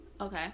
okay